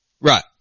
Right